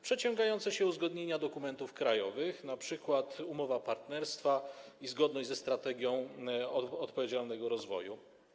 Przeciągające się uzgodnienia w sprawie dokumentów krajowych, np. umowa partnerstwa i zgodność ze strategią odpowiedzialnego rozwoju.